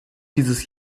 dieses